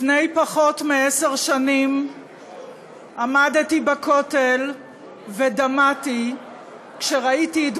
לפני פחות מעשר שנים עמדתי בכותל ודמעתי כשראיתי את